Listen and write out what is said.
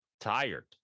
tired